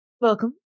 welcome